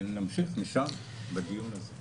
ונמשיך משם בדיון הזה.